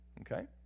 Okay